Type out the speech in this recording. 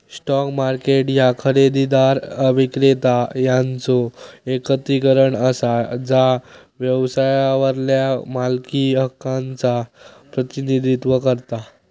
stock market ह्या खरेदीदार, विक्रेता यांचो एकत्रीकरण असा जा व्यवसायावरल्या मालकी हक्कांचा प्रतिनिधित्व करता